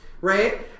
Right